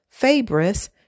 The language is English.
Fabris